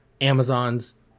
Amazon's